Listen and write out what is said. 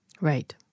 Right